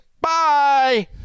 bye